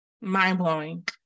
mind-blowing